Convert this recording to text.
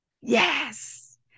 Yes